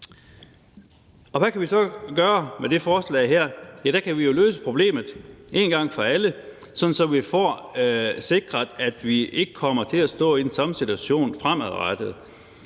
Hvad kan vi så gøre med det forslag her? Ja, der kan vi jo løse problemet en gang for alle, sådan at vi får sikret, at vi ikke kommer til at stå i den samme situation fremadrettet.